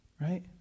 right